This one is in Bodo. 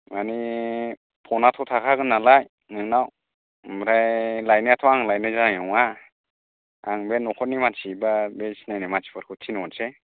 मानि फनाथ' थाखागोन नालाय नोंनाव ओमफ्राय लायनायाथ' आं लायनाय जानाय नङा आं बे नखरनि मानसि बा बे सिनायनाय मानसिफोरखौ थिनहरसै